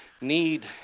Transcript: need